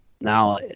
Now